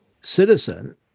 citizen